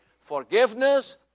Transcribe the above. forgiveness